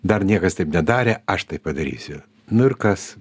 dar niekas taip nedarė aš taip padarysiu nu ir kas